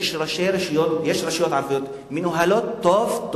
יש רשויות ערביות מנוהלות טוב טוב,